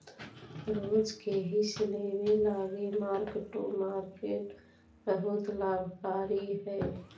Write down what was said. रोज के हिस लेबे लागी मार्क टू मार्केट बहुत लाभकारी हई